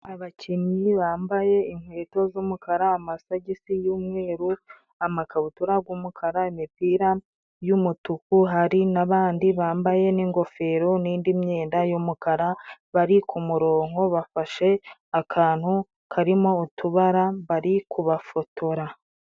Abakinnyi bambaye inkweto z'umukara, amasogisi y'umweru, amakabutura y'umukara, imipira y'umutuku hari nabandi bambaye n'ingofero n'indi myenda y'umukara bari kumurongo bafashe akantu karimo utubara bari kubafotora.